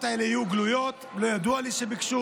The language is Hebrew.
שהבחירות האלה יהיו גלויות, לא ידוע לי שביקשו.